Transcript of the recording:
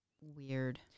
Weird